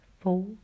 four